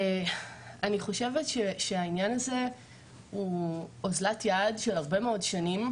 אני חושבת שהעניין הזה הוא אוזלת יד של הרבה מאוד שנים,